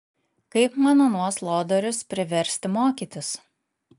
kaip man anuos lodorius priversti mokytis